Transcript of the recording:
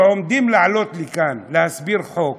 כשעומדים לעלות לכאן להסביר חוק,